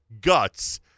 guts